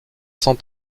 cent